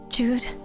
Jude